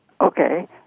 Okay